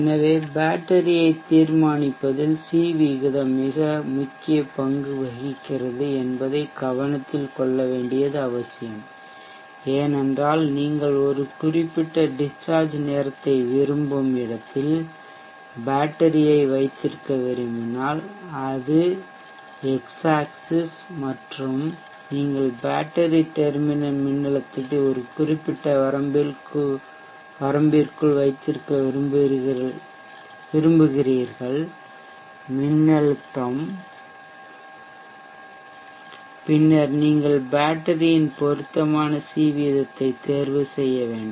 எனவே பேட்டரியை தீர்மானிப்பதில் சி விகிதம் மிக முக்கிய பங்கு வகிக்கிறது என்பதை கவனத்தில் கொள்ள வேண்டியது அவசியம் ஏனென்றால் நீங்கள் ஒரு குறிப்பிட்ட டிஷ்சார்ஜ் நேரத்தை விரும்பும் இடத்தில் பேட்டரியை வைத்திருக்க விரும்பினால் அது எக்ஸ் ஆக்ஸிஸ் மற்றும் நீங்கள் பேட்டரி டெர்மினல் மின்னழுத்தத்தை ஒரு குறிப்பிட்ட வரம்பிற்குள் வைத்திருக்க விரும்புகிறீர்கள் மின்னழுத்தம் பின்னர் நீங்கள் பேட்டரியின் பொருத்தமான சி வீதத்தை தேர்வு செய்ய வேண்டும்